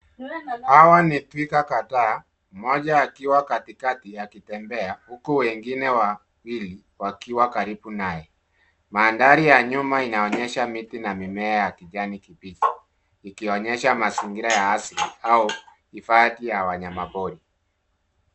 Hawa ni twiga kadhaa, mmoja akiwa katikati akitembea huku wengine wawili wakiwa karibu naye. Mandhari ya nyuma ina onyesha miti na mimea ya kijani kibichi ikionyesha mazingira ya asili au hifadhi ya wanyama pori.